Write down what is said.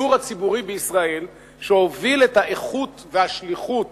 השידור הציבורי בישראל, שהוביל את האיכות והשליחות